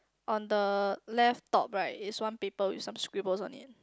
on the left top right is one paper with some scribbles on it